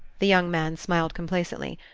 the young man smiled complacently.